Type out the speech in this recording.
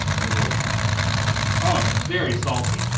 i mean there's oh it's very salty.